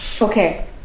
okay